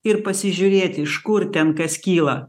ir pasižiūrėti iš kur ten kas kyla